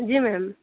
जी ma'am